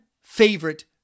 favorite